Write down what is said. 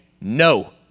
no